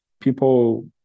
People